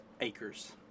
Acres